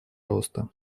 роста